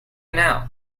now